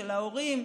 של ההורים,